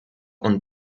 und